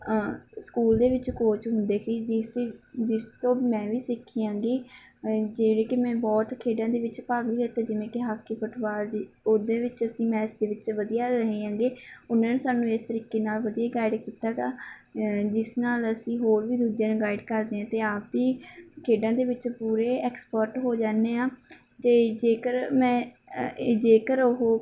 school ਦੇ ਵਿੱਚ coach ਹੁੰਦੇ ਸੀ ਜਿਸ ਅਤੇ ਜਿਸ ਤੋਂ ਮੈਂ ਵੀ ਸਿੱਖੀ ਹੈਗੀ ਜਿਹੜੇ ਕਿ ਮੈਂ ਬਹੁਤ ਖੇਡਾਂ ਦੇ ਵਿੱਚ ਭਾਗ ਵੀ ਲਿੱਤਾ ਜਿਵੇਂ ਕਿ ਹਾਕੀ ਫੁੱਟਬਾਲ ਜੀ ਉਹਦੇ ਵਿੱਚ ਅਸੀਂ ਮੈਚ ਦੇ ਵਿੱਚ ਵਧੀਆ ਰਹੇ ਹਾਂ ਗੇ ਉਹਨਾਂ ਨੇ ਸਾਨੂੰ ਇਸ ਤਰੀਕੇ ਨਾਲ ਵਧੀਆ ਗਾਈਡ ਕੀਤਾ ਗਾ ਜਿਸ ਨਾਲ ਅਸੀਂ ਹੋਰ ਵੀ ਦੂਜਿਆਂ ਨੂੰ ਗਾਈਡ ਕਰਦੇ ਹਾਂ ਅਤੇ ਆਪ ਵੀ ਖੇਡਾਂ ਦੇ ਵਿੱਚ ਪੂਰੇ ਐਕਸਪਰਟ ਹੋ ਜਾਂਦੇ ਹਾਂ ਅਤੇ ਜੇਕਰ ਮੈਂ ਅ ਇ ਜੇਕਰ ਉਹ